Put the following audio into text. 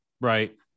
Right